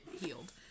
healed